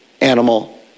animal